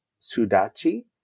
Sudachi